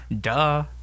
duh